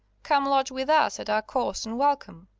come lodge with us at our cost, and welcome.